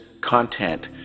content